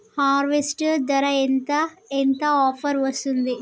Harvester ధర ఎంత ఎంత ఆఫర్ వస్తుంది?